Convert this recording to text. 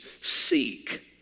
seek